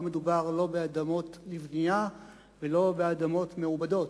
לא מדובר לא באדמות לבנייה ולא באדמות מעובדות.